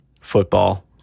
Football